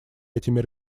этими